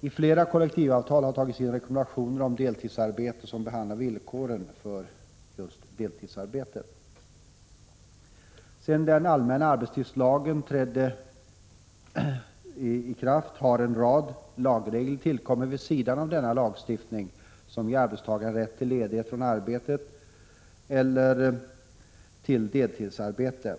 I flera kollektivavtal har rekommendationer om deltidsarbete tagits in som handlar om villkoren för deltidsarbete. Sedan den allmänna arbetstidslagen trädde i kraft har en rad lagregler kommit till vid sidan av denna lagstiftning, vilka ger arbetstagaren rätt till ledighet från arbetet eller till deltidsarbete.